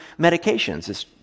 medications